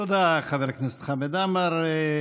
תודה, חבר הכנסת חמד עמאר.